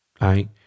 right